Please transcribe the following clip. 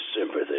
sympathy